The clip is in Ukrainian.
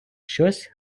щось